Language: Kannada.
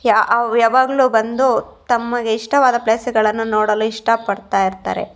ಯಾ ಅವ್ರು ಯಾವಾಗಲೂ ಬಂದು ತಮಗೆ ಇಷ್ಟವಾದ ಪ್ಲೇಸುಗಳನ್ನು ನೋಡಲು ಇಷ್ಟಪಡ್ತಾಯಿರ್ತಾರೆ